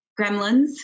gremlins